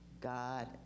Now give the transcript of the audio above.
God